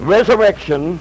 Resurrection